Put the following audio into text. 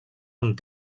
amb